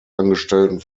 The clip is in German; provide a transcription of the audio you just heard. angestellten